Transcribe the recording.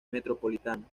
metropolitana